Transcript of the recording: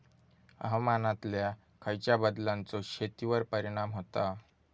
हवामानातल्या खयच्या बदलांचो शेतीवर परिणाम होता?